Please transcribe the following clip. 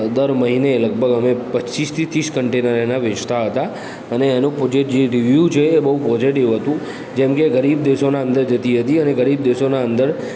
દર મહિને લગભગ અમે પચ્ચીસથી ત્રીસ કન્ટેનર એના વેચતા હતા અને એનું જે જે રિવ્યુ છે એ બહુ પોજેટિવ હતું જેમ કે ગરીબ દેશોના અંદર જતી હતી અને ગરીબ દેશોના અંદર